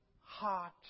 heart